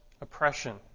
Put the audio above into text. oppression